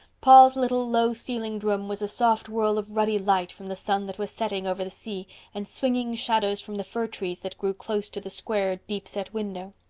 paul's little low-ceilinged room was a soft whirl of ruddy light from the sun that was setting over the sea and swinging shadows from the fir trees that grew close to the square, deep-set window.